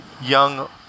young